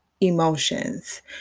emotions